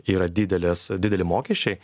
yra didelis dideli mokesčiai